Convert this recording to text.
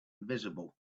visible